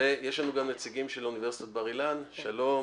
ויש לנו גם נציגים של אוניברסיטת בר אילן, שלום.